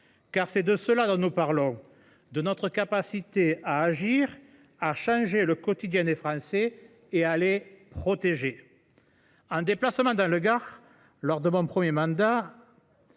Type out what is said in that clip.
Car c’est de cela que nous parlons : de notre capacité à agir, à changer le quotidien des Français et à les protéger. En déplacement dans le Gard, lors de mon premier mandat,